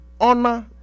honor